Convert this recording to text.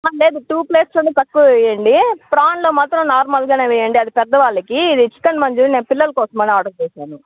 లేదు టూ ప్లేట్స్లోను తక్కువ వెయ్యండి ఫ్రాన్లో మాత్రం నార్మల్గానే వెయ్యండి అది పెద్దవాళ్ళకి ఇది చికెన్ మంచూరియా నే పిల్లల కోసమని ఆర్డర్ చేశాను